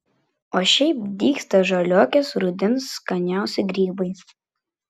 o šiaip dygsta žaliuokės rudens skaniausi grybai